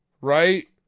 right